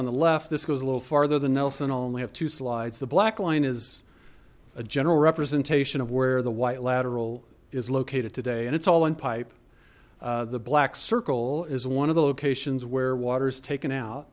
on the left this goes a little farther than nelson only have two slides the black line is a general representation of where the white lateral is located today and it's all in pipe the black circle is one of the locations where waters taken out